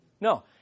No